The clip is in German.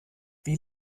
wie